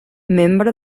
membre